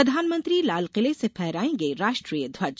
प्रधानमंत्री लालकिले से फहरायेंगे राष्ट्रीय ध्वज